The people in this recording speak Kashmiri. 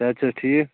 صحت چھِ حَظ ٹھیٖک